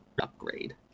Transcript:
upgrade